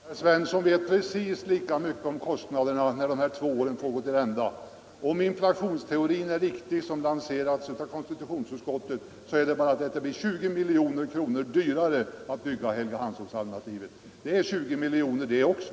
Herr talman! Herr Svensson i Eskilstuna vet precis lika mycket om kostnaderna när de här två åren fått gå till ända. Om den inflationsteori som lanserats av konstitutionsutskottet är riktig, så blir det bara den skillnaden att det blir 20 milj.kr. dyrare att bygga på Helgeandsholmen. Det är 20 miljoner det också.